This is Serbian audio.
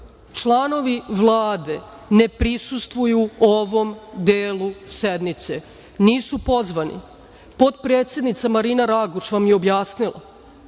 članovi Vlade ne prisustvuju ovom delu sednice. Nisu pozvani. Potpredsednica Marina Raguš vam je objasnila.